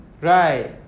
Right